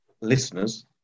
listeners